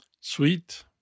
Sweet